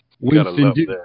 Winston